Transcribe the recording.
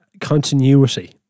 continuity